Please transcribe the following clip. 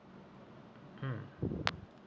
mm